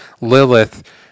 Lilith